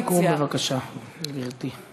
משפט סיכום, בבקשה, גברתי.